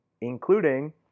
including